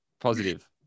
Positive